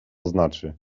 znaczy